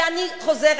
ואני חוזרת,